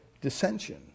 dissension